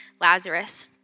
Lazarus